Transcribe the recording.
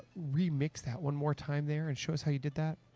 remix that one more time there, and show us how you did that.